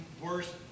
worse